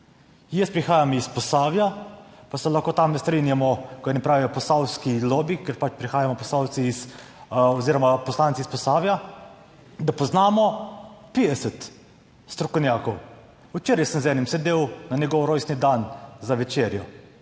Jaz prihajam iz Posavja, pa se lahko tam ne strinjamo, ni pravijo posavski lobi, ker pač prihajamo Posavci oziroma poslanci iz Posavja, da poznamo 50 strokovnjakov. Včeraj sem z enim sedel na njegov rojstni dan, za večerjo,